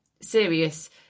serious